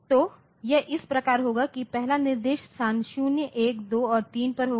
तो यह इस प्रकार होगा कि पहला निर्देश स्थान 0 1 2 और 3 पर होगा